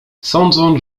sądząc